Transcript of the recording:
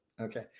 okay